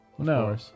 No